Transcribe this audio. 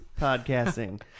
podcasting